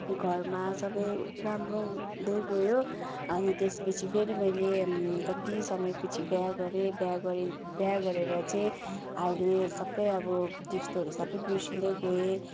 घरमा सबै राम्रो हुँदै गयो अनि त्यसपछि फेरि मैले कति समय पछि बिहा गरेँ बिहा गरेँ बिहा गरेर चाहिँ अहिले सबै अब त्यस्तोहरू सबै बिर्सिदै गएँ